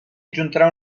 adjuntarà